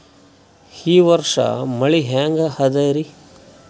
ಈ ವರ್ಷ ಮಳಿ ಹೆಂಗ ಅದಾರಿ?